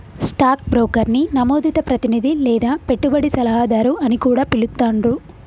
stock బ్రోకర్ని నమోదిత ప్రతినిధి లేదా పెట్టుబడి సలహాదారు అని కూడా పిలుత్తాండ్రు